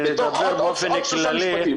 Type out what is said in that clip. לדבר באופן כללי,